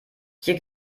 hier